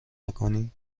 نکنی